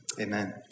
amen